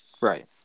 Right